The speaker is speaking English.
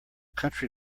country